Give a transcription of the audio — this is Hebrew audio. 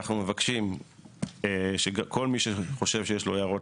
אנחנו מבקשים שכל מי שחושב שיש לו הערות